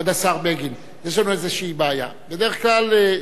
בדרך כלל,